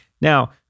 Now